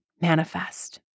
manifest